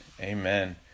Amen